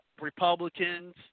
Republicans